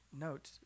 note